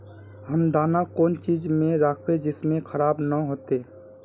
हम दाना कौन चीज में राखबे जिससे खराब नय होते?